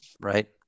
Right